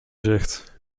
gericht